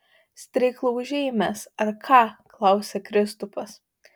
streiklaužiai mes ar ką klausia kristupas